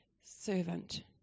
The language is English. servant